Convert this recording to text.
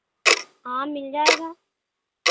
हाँ मिल जाएगा